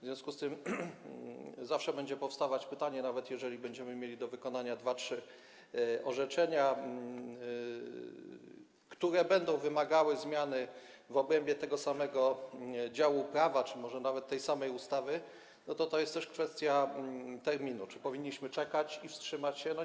W związku z tym zawsze będzie powstawać pytanie - nawet jeżeli będziemy mieli do wykonania dwa, trzy orzeczenia, które będą wymagały zmiany w obrębie tego samego działu prawa, czy może nawet tej samej ustawy, to jest też kwestia terminu - czy powinniśmy czekać i wstrzymać się z pracami.